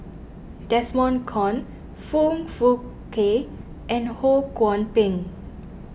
Desmond Kon Foong Fook Kay and Ho Kwon Ping